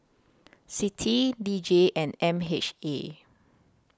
CITI D J and M H A